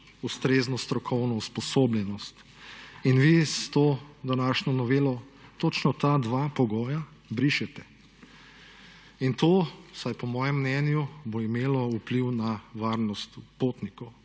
ustrezno strokovno usposobljenost in vi s to današnjo novelo točno ta dva pogoja brišete. In to vsaj po mojem mnenju bo imelo vpliv na varnost potnikov,